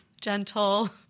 gentle